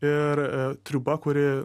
ir triūba kuri